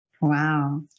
Wow